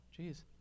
Jeez